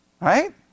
Right